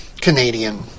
Canadian